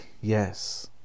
Yes